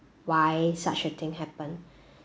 why such a thing happen